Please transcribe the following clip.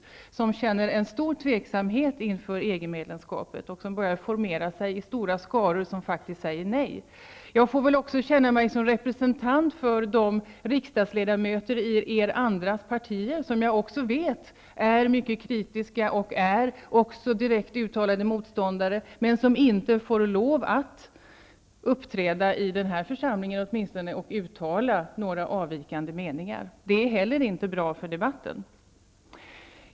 Det finns många människor som känner stor tveksamhet inför EG-medlemskapet, som börjar formera sig i stora skaror och som faktiskt säger nej. Jag får väl också känna mig som representant för de riksdagsledamöter i andra partier som jag vet är mycket kritiska och också direkt uttalade motståndare men som inte får lov att uppträda, i den här församlingen åtminstone, och uttala avvikande meningar. Det är heller inte bra för debatten.